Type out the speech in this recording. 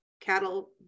Cattle